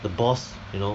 the boss you know